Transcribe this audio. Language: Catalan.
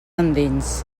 endins